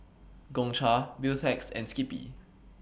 Gongcha Beautex and Skippy